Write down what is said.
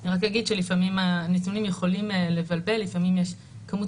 אני יכולה להגיד שלפעמים הנתונים יכולים לבלבל ולפעמים יש כמות